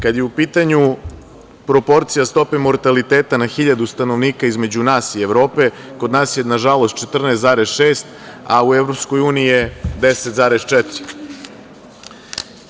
Kada je u pitanju proporcija stope mortaliteta na hiljadu stanovnika između nas i Evrope, kod nas je nažalost 14,6 a u EU je 10,4.